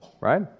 Right